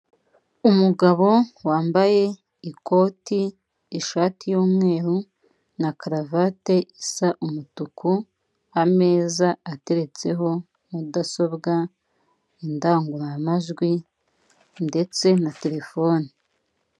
Umugabo wambaye ikoti, ishati y'umweru na karuvate isa umutuku, ameza ateretseho mudasobwa, indangururamajwi, ndetse na terefone.